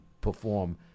perform